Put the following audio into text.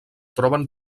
troben